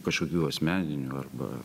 kažkokių asmeninių arba